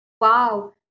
Wow